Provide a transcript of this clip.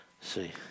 See